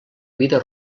vida